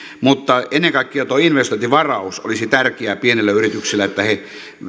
mutta ennen kaikkea tuo investointivaraus olisi tärkeä pienille yrityksille että he